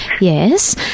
Yes